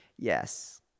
Yes